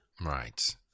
right